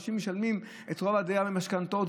אנשים משלמים את רוב הדירה במשכנתאות,